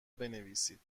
بنویسید